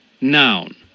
Noun